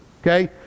okay